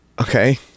Okay